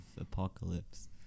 apocalypse